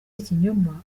ikinyoma